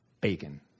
bacon